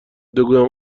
بگویم